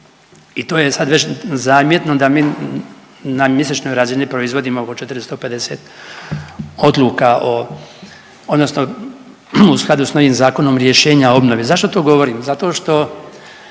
I to je sad već zamjetno da mi na mjesečnoj razini proizvodi oko 450 odluka odnosno u skladu s novim zakonom rješenja o obnovi. Zašto to govorim? Zato što